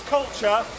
Culture